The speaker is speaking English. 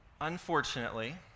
Unfortunately